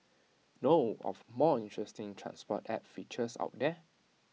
know of more interesting transport app features out there